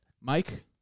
Mike